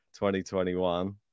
2021